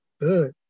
good